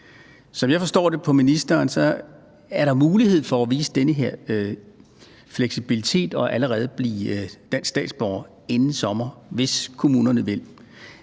som jeg forstår det på ministeren, er der mulighed for at vise den her fleksibilitet og allerede blive dansk statsborger inden sommer, hvis kommunerne vil.